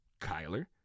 Kyler